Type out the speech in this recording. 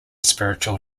spiritual